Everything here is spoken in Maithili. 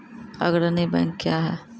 अग्रणी बैंक क्या हैं?